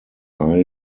eye